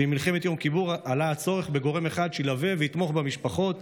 במלחמת יום כיפור עלה הצורך בגורם אחד שילווה ויתמוך במשפחות,